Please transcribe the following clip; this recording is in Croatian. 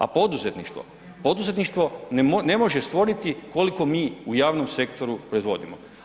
A poduzetništvo, poduzetništvo ne može stvoriti koliko mi u javnom sektoru proizvodimo.